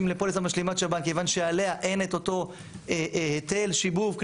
לפוליסה משלימת שב"ן כיוון שעליה אין את אותו היטל שיבוב,